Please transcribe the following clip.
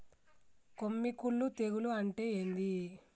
కొమ్మి కుల్లు తెగులు అంటే ఏంది?